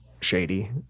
shady